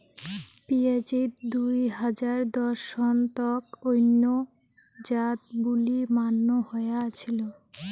পিঁয়াজিত দুই হাজার দশ সন তক অইন্য জাত বুলি মান্য হয়া আছিল